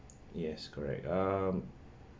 yes correct um